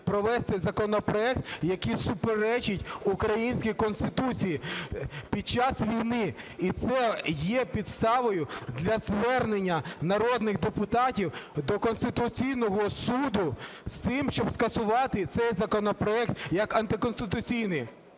провести законопроект, який суперечить українській Конституції під час війни. І це є підставою для звернення народних депутатів до Конституційного Суду з тим, щоб скасувати цей законопроект як антиконституційний.